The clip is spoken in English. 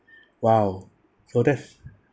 !wow! so that's